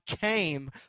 came